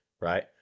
right